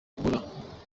guhorana